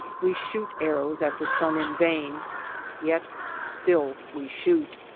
we shoot arrows at the sun in vain yet still we shoot.